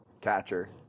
Catcher